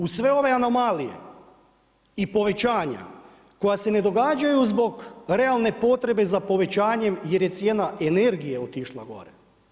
U sve ove anomalije i povećanja koja se ne događaju zbog realne potrebe za povećanjem, jer je cijena energije otišla gore.